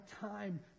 time